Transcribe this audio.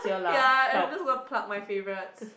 ya and I'm just gonna pluck my favourites